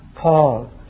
Paul